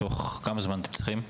כמה זמן אתם צריכים?